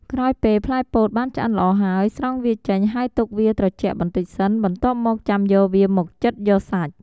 ក្រោយពេលផ្លែពោតបានឆ្អិនល្អហើយ ស្រង់វាចេញហើយទុកវាត្រជាក់បន្ដិចសិន បន្ទាប់មកចាំយកវាមកចិតយកសាច់។